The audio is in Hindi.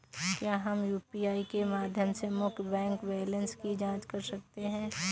क्या हम यू.पी.आई के माध्यम से मुख्य बैंक बैलेंस की जाँच कर सकते हैं?